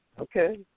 Okay